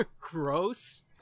Gross